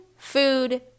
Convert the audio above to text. food